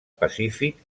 pacífic